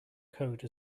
code